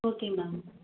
okay ma'am